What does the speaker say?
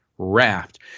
Raft